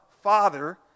Father